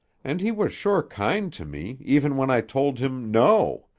and he was sure kind to me even when i told him no.